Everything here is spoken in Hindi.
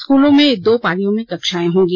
स्कूलों में दो पालियों में कक्षाएं होंगी